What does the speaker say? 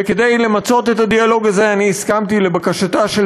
וכדי למצות את הדיאלוג הזה אני הסכמתי לבקשתה של